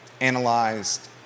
analyzed